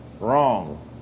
Wrong